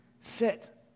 sit